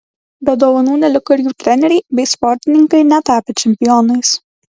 be dovanų neliko ir jų treneriai bei sportininkai netapę čempionais